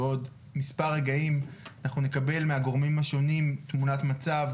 בעוד מספר רגעים אנחנו נקבל מהגורמים השונים תמונת מצב